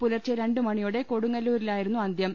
പുലർച്ചെ രണ്ടു മണിയോടെ കൊടു ങ്ങല്ലൂരിലായിരുന്നു അന്ത്യം